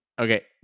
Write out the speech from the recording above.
Okay